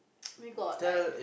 we got like